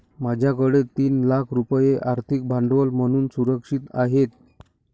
माझ्याकडे तीन लाख रुपये आर्थिक भांडवल म्हणून सुरक्षित आहेत